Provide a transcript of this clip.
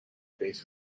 base